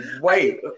Wait